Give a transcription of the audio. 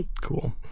cool